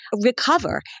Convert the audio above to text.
recover